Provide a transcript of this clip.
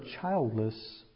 childless